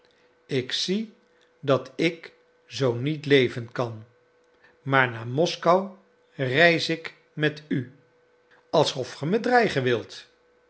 ik zie dat ik zoo niet leven kan maar naar moskou reis ik met u alsof ge mij dreigen wilt